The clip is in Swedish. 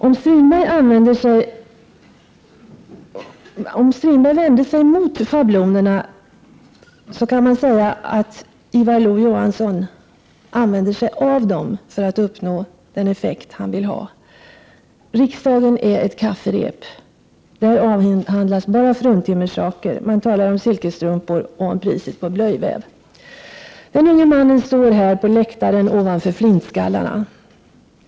Om Strindberg vände sig mot schablonerna kan man säga att Ivar Lo Johansson använde sig av dem för att uppnå den effekt han vill ha. Riksdagen är ett kafferep. Där avhandlas bara fruntimmerssaker. Man talar om silkesstrumpor och om priset på blöjväv. Den unge mannen står här på läktaren ovanför flintskallarna.